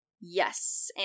yes